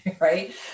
right